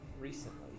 recently